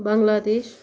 Bangladesh